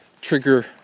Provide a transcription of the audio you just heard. Trigger